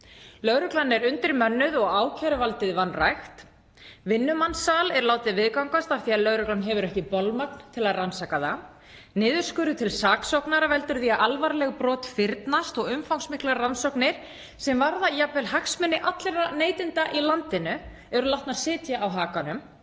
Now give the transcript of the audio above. Lögreglan er undirmönnuð og ákæruvaldið vanrækt. Vinnumansal er látið viðgangast af því að lögreglan hefur ekki bolmagn til að rannsaka það. Niðurskurður til saksóknara veldur því að alvarleg brot fyrnast og umfangsmiklar rannsóknir sem varða jafnvel hagsmuni allra neytenda í landinu eru látnar sitja á hakanum